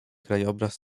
krajobraz